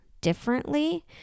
differently